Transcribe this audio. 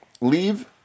leave